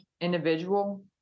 individual